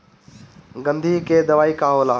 गंधी के दवाई का होला?